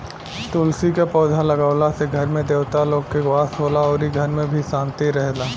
तुलसी के पौधा लागावला से घर में देवता लोग के वास होला अउरी घर में भी शांति रहेला